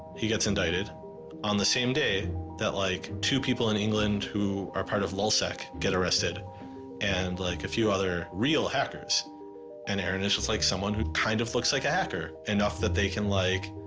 he gets indicted on the same day like two people in england who are part of lulzsec get arrested and like few other real hackers and aaron is just like someone who kind of looks like a hacker enough that, they can like,